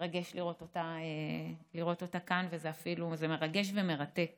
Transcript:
לראות אותה כאן, זה מרגש ומרתק